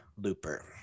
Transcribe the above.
Looper